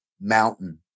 mountain